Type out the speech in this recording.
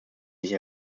sich